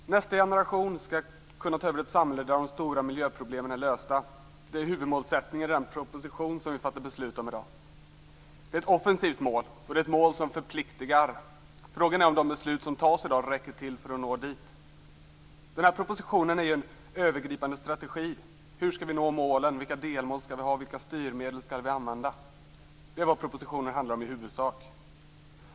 Fru talman! Nästa generation skall kunna ta över ett samhälle där de stora miljöproblemen är lösta. Det är huvudmålsättningen i den proposition som vi fattar beslut om i dag. Det är ett offensivt mål, och det är ett mål som förpliktigar. Frågan är om de beslut som fattas i dag räcker till för att nå dit. Den här propositionen är en övergripande strategi. Hur skall vi nå målen, vilka delmål skall vi ha och vilka styrmedel skall vi använda? Det är vad propositionen i huvudsak handlar om.